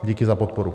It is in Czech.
Díky za podporu.